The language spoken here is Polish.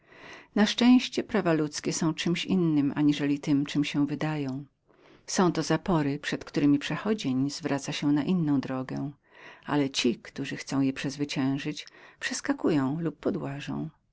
na szczęście prawa ludzkie są czem innem aniżeli tem czem się wydają są to zapory przed któremi przechodzący zwraca się na inną drogę ale ci którzy chcą je przezwyciężyć przeskakują lub podłażą